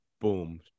boom